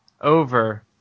over